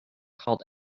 called